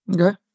Okay